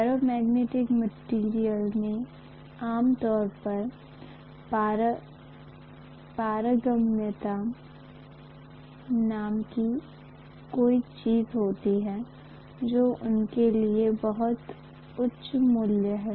ferromagnetic material में आमतौर पर पारगम्यता नाम की कोई चीज होती है जो उनके लिए बहुत उच्च मूल्य है